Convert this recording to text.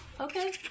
Okay